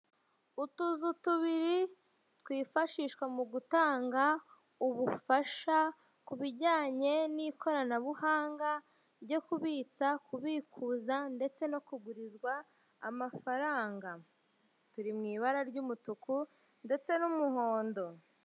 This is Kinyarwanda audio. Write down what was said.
Utuzu tubiri twifashishwa mu gutanga ubufasha ku bijyanye n'ikoranabuhanga ryo kubitsa, kubikuza ndetse no kugurizwa amafaranga, turi mu ibara ry'umutuku ndetse n'umuhondo.